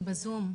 בזום,